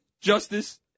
justice